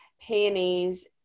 peonies